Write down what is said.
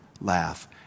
laugh